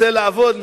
רוצה לעבוד,